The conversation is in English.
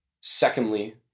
Secondly